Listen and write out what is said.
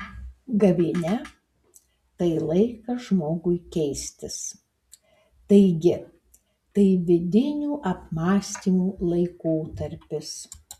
gavėnia tai laikas žmogui keistis taigi tai vidinių apmąstymų laikotarpis